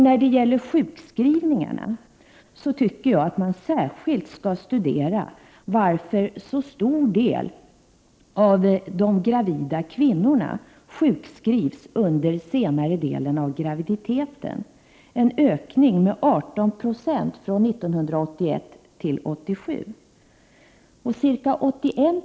När det gäller sjukskrivningarna tycker jag att man särskilt skall studera varför en så stor del av de gravida kvinnorna sjukskrivs under senare delen av graviditeten. I fråga om dessa har det skett en ökning med 18 96 från 1981 till 1987.